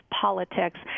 politics